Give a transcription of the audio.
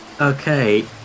Okay